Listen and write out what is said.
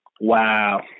Wow